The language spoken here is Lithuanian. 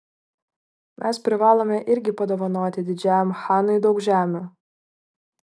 mes privalome irgi padovanoti didžiajam chanui daug žemių